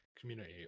community